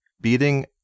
beating